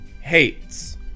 hates